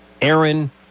Aaron